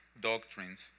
doctrines